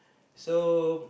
so